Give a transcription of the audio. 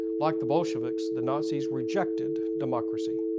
like the bolsheviks, the nazis rejected democracy,